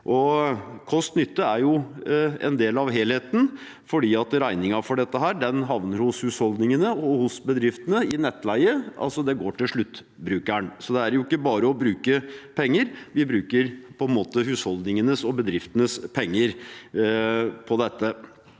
Kost–nytte er en del av helheten, fordi regningen for dette havner hos husholdningene og bedriftene i nettleie. Det går altså til sluttbrukeren. Det er ikke bare å bruke penger, vi bruker på en måte husholdningenes og bedriftenes penger på dette.